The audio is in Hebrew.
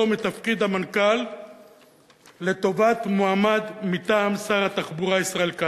מתפקיד המנכ"ל לטובת מועמד מטעם שר התחבורה ישראל כץ.